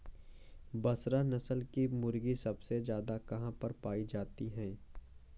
बसरा नस्ल की मुर्गी सबसे ज्यादा कहाँ पर पाई जाती है?